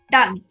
Done